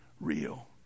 real